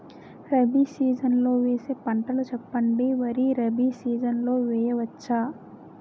Rabi season లో వేసే పంటలు చెప్పండి? వరి రబీ సీజన్ లో వేయ వచ్చా?